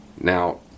Now